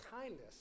kindness